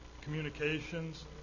communications